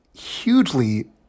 hugely